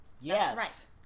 Yes